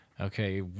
Okay